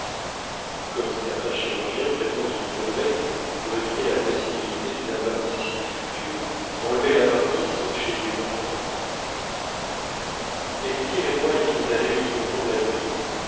comme certains chirurgiens prétendent qu'il faudrait pour éviter la possibilité d'une appendicite future enlever l'appendice chez tous les enfants elstir et moi nous étions allés jusqu'au fond de l'atelier